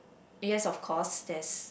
yes of course there's